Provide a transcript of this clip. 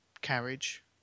carriage